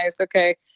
okay